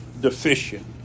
deficient